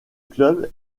club